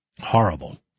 Horrible